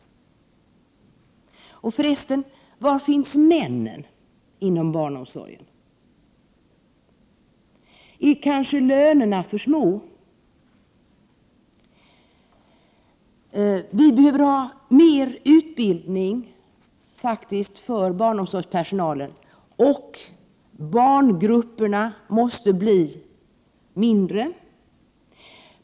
Och förresten: Var finns männen inom barnomsorgen? Är kanske lönerna för små? Vi behöver ha mer utbildning för barnomsorgspersonalen, och barngrupperna måste bli mindre.